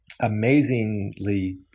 Amazingly